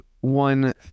one